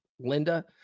Linda